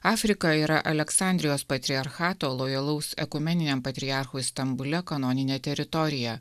afrika yra aleksandrijos patriarchato lojalaus ekumeniniam patriarchui stambule kanoninė teritorija